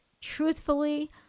truthfully